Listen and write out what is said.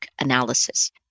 analysis